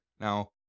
Now